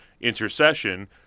intercession